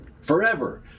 forever